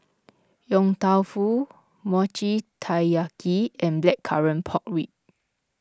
Yong Tau Foo Mochi Taiyaki and Blackcurrant Pork Ribs